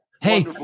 hey